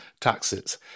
taxes